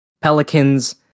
Pelicans